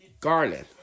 Garland